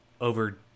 over